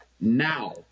Now